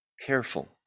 careful